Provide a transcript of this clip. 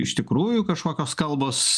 iš tikrųjų kažkokios kalbos